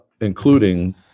including